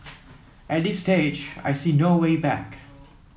at this stage I see no way back